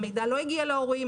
המידע לא הגיע להורים,